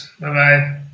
Bye-bye